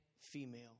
female